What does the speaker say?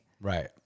Right